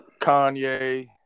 Kanye